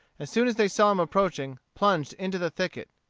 as soon as they saw him approaching plunged into the thicket.